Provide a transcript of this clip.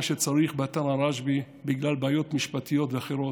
שצריך באתר הרשב"י בגלל בעיות משפטיות ואחרות,